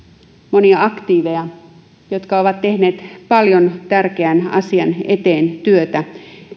monia aktiiveja jotka ovat tehneet paljon tärkeän asian eteen työtä